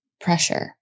pressure